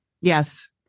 Yes